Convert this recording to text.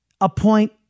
appoint